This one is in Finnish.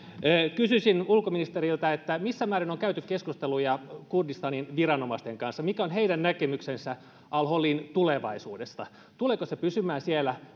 kysyisin ulkoministeriltä missä määrin on on käyty keskusteluja kurdistanin viranomaisten kanssa mikä on heidän näkemyksensä al holin tulevaisuudesta tuleeko se pysymään siellä